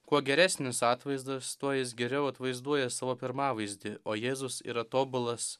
kuo geresnis atvaizdas tuo jis geriau atvaizduoja savo pirmavaizdį o jėzus yra tobulas